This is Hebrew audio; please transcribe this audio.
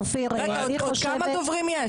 עוד כמה דוברים יש?